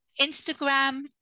Instagram